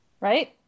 Right